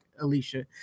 Alicia